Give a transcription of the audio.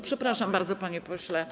Przepraszam bardzo, panie pośle.